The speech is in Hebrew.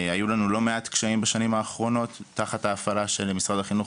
היו לא מעט קשיים בשנים האחרונות תחת ההפעלה של משרד החינוך.